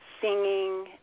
singing